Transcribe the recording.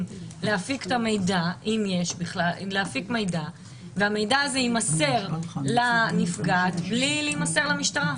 להפיק את המידע והוא יימסר לנפגעת בלי להימסר למשטרה?